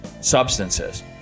substances